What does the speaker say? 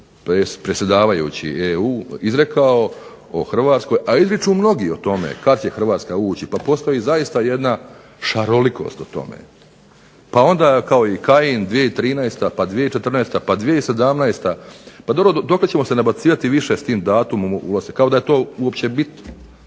predsjedavajući EU izrekao o Hrvatskoj, a izriču mnogi o tome kada će Hrvatska ući pa postoji zaista jedna šarolikost o tome, pa onda kao i Kajin 2013., 2014., pa 2017. pa dobro dokle ćemo se nabacivati više s tim datumom ulaska, kao da je to uopće bitno,